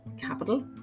capital